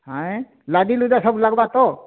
ହଏଁ ଲାଦିଲୁଦା ସବୁ ଲାଗ୍ବା ତ